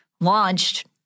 launched